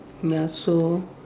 ya so